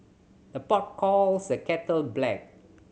the pot calls the kettle black